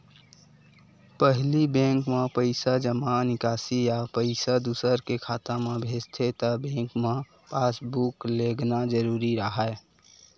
पहिली बेंक म पइसा जमा, निकासी या पइसा दूसर के खाता म भेजथे त बेंक म पासबूक लेगना जरूरी राहय